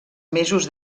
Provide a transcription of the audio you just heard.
mesos